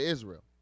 Israel